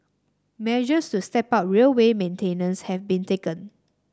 measures to step up railway maintenance have been taken